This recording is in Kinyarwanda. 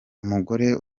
umugore